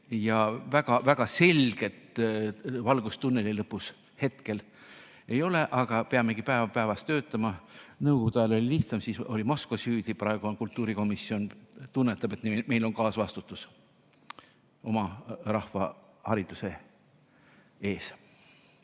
väga selget valgust tunneli lõpus hetkel ei ole, aga me peamegi päev päeva järel töötama. Nõukogude ajal oli lihtsam, siis oli Moskva süüdi. Praegu kultuurikomisjon tunnetab, et meil on kaasvastutus oma rahva hariduse eest.